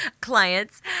clients